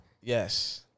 Yes